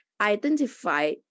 identify